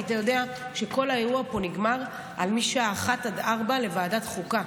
היית יודע שכל האירוע פה נגמר על כך שמשעה 13:00 עד 16:00 ועדת חוקה,